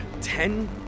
Ten